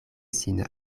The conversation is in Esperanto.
sin